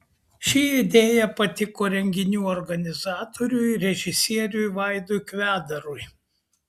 ši idėja patiko renginių organizatoriui režisieriui vaidui kvedarui